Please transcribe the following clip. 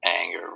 anger